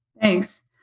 Thanks